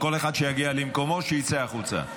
כל אחד שיגיע למקומו או שיצא החוצה.